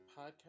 podcast